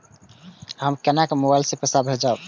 हम केना मोबाइल से पैसा भेजब?